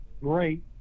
great